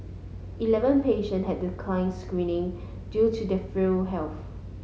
eleven patient had declined screening due to their frail health